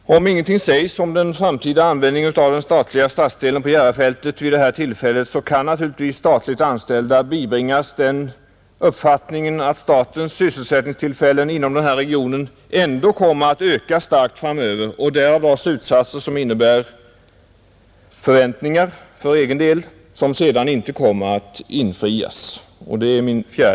4, Om ingenting sägs om den framtida användningen av den statliga stadsdelen på Järvafältet vid det här tillfället kan naturligtvis statligt anställda bibringas den uppfattningen, att statens sysselsättningstillfällen inom den här regionen ändå kommer att öka starkt framöver, och därav dra slutsatser som innebär förväntningar för deras egen del men som sedan inte kommer att infrias.